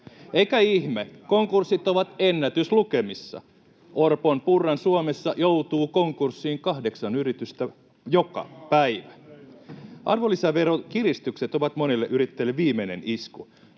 eikä ihme: Konkurssit ovat ennätyslukemissa. Orpon—Purran Suomessa joutuu konkurssiin kahdeksan yritystä joka päivä. Arvonlisäveron kiristykset ovat monille yrittäjille viimeinen isku,